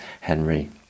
Henry